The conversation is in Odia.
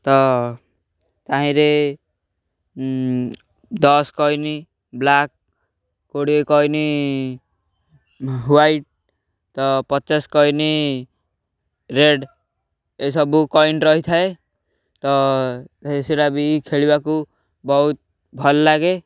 ତ ତାହିଁରେ ଦଶ କଇନି ବ୍ଲାକ୍ କୋଡ଼ିଏ କଏନ୍ ହ୍ୱାଇଟ୍ ତ ପଚାଶ କଏନ୍ ରେଡ଼୍ ଏସବୁ କଏନ୍ ରହିଥାଏ ତ ସେ ସେଟା ବି ଖେଳିବାକୁ ବହୁତ ଭଲ ଲାଗେ